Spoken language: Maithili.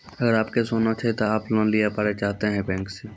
अगर आप के सोना छै ते आप लोन लिए पारे चाहते हैं बैंक से?